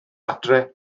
adre